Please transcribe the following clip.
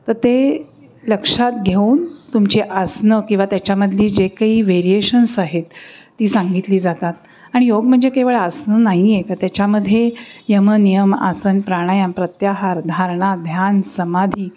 तर ते लक्षात घेऊन तुमची आसनं किंवा त्याच्यामधली जे काही व्हेरिएशन्स आहेत ती सांगितली जातात आणि योग म्हणजे केवळ आसन नाही आहे तर त्याच्यामध्ये यम नियम आसन प्राणायाम प्रत्याहार धारणा ध्यान समाधी